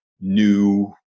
new